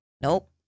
Nope